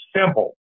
simple